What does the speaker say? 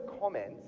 comments